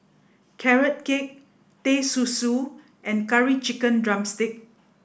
carrot cake teh susu and curry chicken drumstick